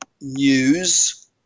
news